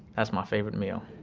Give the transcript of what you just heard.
that's my favorite meal